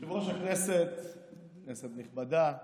כנסת נכבדה,